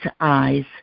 eyes